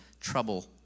trouble